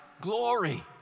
glory